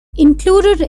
included